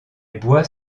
bois